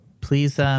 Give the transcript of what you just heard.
please